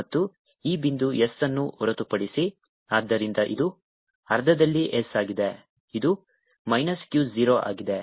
ಮತ್ತು ಈ ಬಿಂದು S ಅನ್ನು ಹೊರತುಪಡಿಸಿ ಆದ್ದರಿಂದ ಇದು ಅರ್ಥದಲ್ಲಿ S ಆಗಿದೆ ಇದು ಮೈನಸ್ Q 0 ಆಗಿದೆ